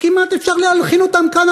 כמעט אפשר להלחין אותם כאן,